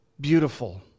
beautiful